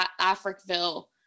Africville